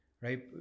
Right